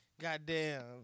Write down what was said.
goddamn